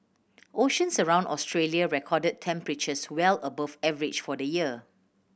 oceans around Australia recorded temperatures well above average for the year